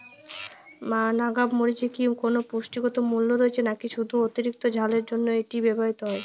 নাগা মরিচে কি কোনো পুষ্টিগত মূল্য রয়েছে নাকি শুধু অতিরিক্ত ঝালের জন্য এটি ব্যবহৃত হয়?